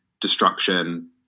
destruction